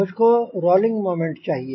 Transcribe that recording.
मुझ को rolling moment चाहिए